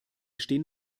stehen